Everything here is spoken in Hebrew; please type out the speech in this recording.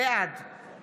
בעד יריב לוין, בעד נעמה